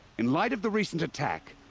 in light of the recent attack.